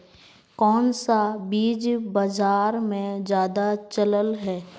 कोन सा बीज बाजार में ज्यादा चलल है?